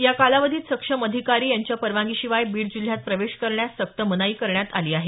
या कालावधीत सक्षम अधिकारी यांच्या परवानगी शिवाय बीड जिल्ह्यात प्रवेश करण्यास सक्त मनाई करण्यात आली आहे